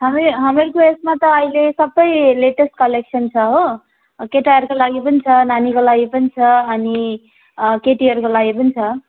हामी हामीहरूको यसमा त अहिले सबै लेटेस्ट कलेक्सन छ हो केटाहरूको लागि पनि छ नानीको लागि पनि छ अनि केटीहरूको लागि पनि छ